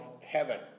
heaven